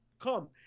Come